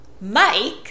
Mike